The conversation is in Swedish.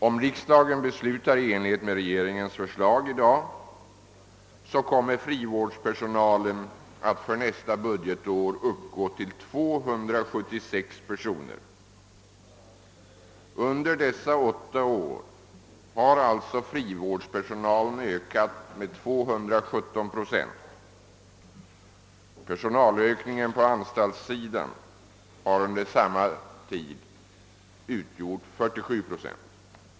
Om riksdagen i dag beslutar i enlighet med regeringens förslag, kommer frivårdspersonalen att för nästa budgetår uppgå till 276 personer. Under dessa åtta år har frivårdspersonalen alltså ökat med 217 procent. Personalökningen på anstaltssidan har under samma tid utgjort 47 procent.